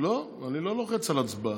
לא, אני לא לוחץ על הצבעה.